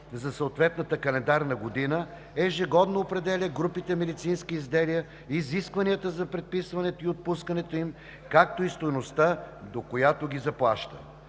за съответната календарна година, ежегодно определя групите медицински изделия, изискванията за предписването и отпускането им, както и стойността, до която ги заплаща.